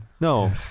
no